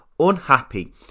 unhappy